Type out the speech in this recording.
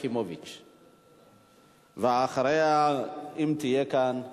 6477, 6481,